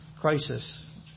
crisis